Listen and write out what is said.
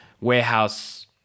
warehouse